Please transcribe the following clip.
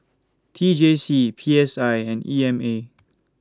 T J C P S I and E M A